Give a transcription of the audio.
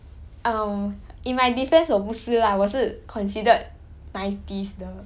um in my defence 我不是 lah 我是 considered nineties 的